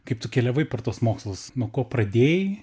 kaip tu keliavai per tuos mokslus nuo ko pradėjai